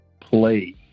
play